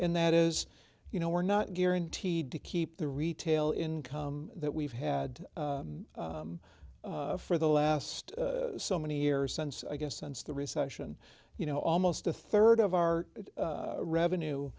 and that is you know we're not guaranteed to keep the retail income that we've had for the last so many years since i guess since the recession you know almost a third of our revenue